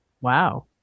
wow